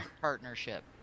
partnership